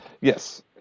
Yes